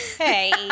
Hey